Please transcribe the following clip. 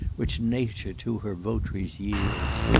which nature to her vot'ries yields!